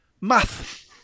Math